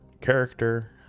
character